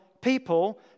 people